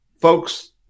folks